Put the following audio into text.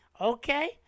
Okay